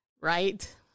right